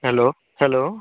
hello hello